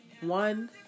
One